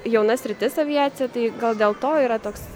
jauna sritis aviacija tai gal dėl to yra toks